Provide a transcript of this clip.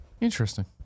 Interesting